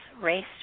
race